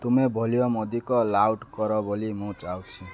ତୁମେ ଭଲ୍ୟୁମ୍ ଅଧିକ ଲାଉଡ଼ କର ବୋଲି ମୁଁ ଚାହୁଁଛି